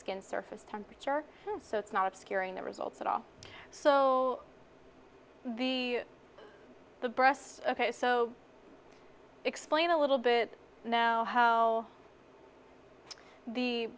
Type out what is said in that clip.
skin surface temperature so it's not obscuring the results at all so the the breasts ok so explain a little bit now how the